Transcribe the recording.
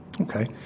Okay